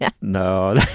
No